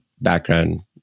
background